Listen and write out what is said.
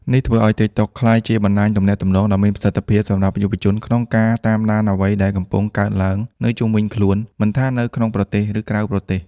នេះធ្វើឲ្យ TikTok ក្លាយជាបណ្ដាញទំនាក់ទំនងដ៏មានប្រសិទ្ធភាពសម្រាប់យុវជនក្នុងការ តាមដានអ្វីដែលកំពុងកើតឡើងនៅជុំវិញខ្លួន មិនថានៅក្នុងប្រទេស ឬក្រៅប្រទេស។